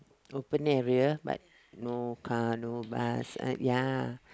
open area but no car no bus ah ya